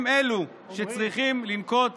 הם אלו שצריכים לנקוט צעדים.